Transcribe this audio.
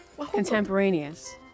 Contemporaneous